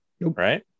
Right